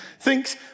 thinks